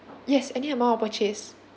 yes any amount of purchase